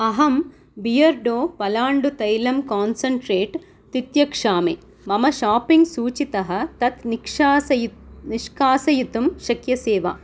अहं बियर्डो पलाण्डुतैलं कान्सेण्ट्रेट् तित्यक्षामि मम शाप्पिङ्ग् सूचीतः तत् निष्कासयितुं शक्यसे वा